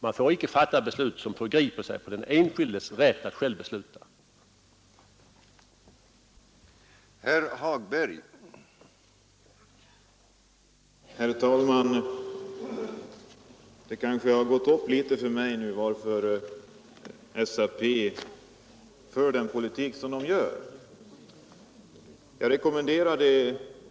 Man får inte fatta beslut som förgriper sig på den enskildes rätt att själv bestämma om partitillhörighet.